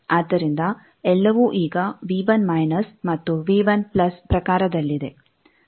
ಆದ್ದರಿಂದ ಎಲ್ಲವೂ ಈಗ ಮತ್ತು ಪ್ರಕಾರದಲ್ಲಿದೆ